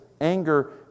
anger